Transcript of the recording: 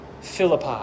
Philippi